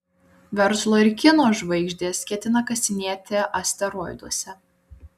verslo ir kino žvaigždės ketina kasinėti asteroiduose